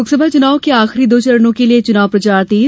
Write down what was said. लोकसभा चुनाव के आखिरी दो चरणों के लिए चुनाव प्रचार तेज